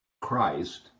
Christ